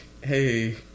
hey